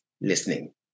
listening